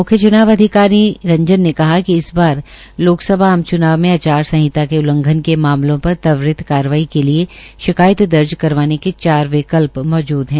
मृख्य चुनाव अधिकारी ने रंजन ने कहा कि इस बार लोकसभा आम चुनाव में आचार संहिता के उल्लंघन के मामलों पर त्वरित कार्रवाई के लिए शिकायत दर्ज करवाने के चार विकल्प मौजूद हैं